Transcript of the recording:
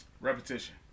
Repetition